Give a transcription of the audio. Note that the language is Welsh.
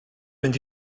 mynd